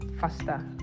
faster